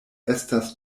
estas